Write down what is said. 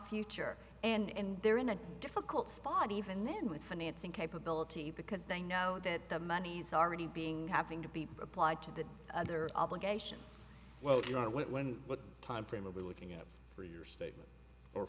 future and they're in a difficult spot even then with financing capability because they know that the money's already being having to be applied to the other obligations well you know when what time frame are we looking at for your statement or